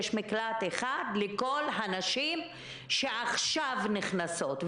יש מקלט אחד לכל הנשים שעכשיו נכנסות,